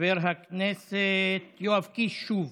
חבר הכנסת יואב קיש, שוב,